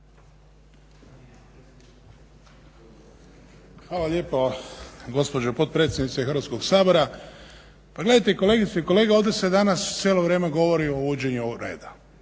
Hvala lijepo gospođo potpredsjednice Hrvatskog sabora. Pa gledajte kolegice i kolege, ovdje se danas cijelo vrijeme govori o uvođenju …/Ne